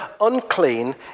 unclean